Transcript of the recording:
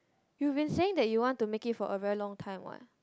you been saying that you want to make it for a very long time what